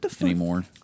anymore